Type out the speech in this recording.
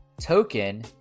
token